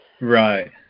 Right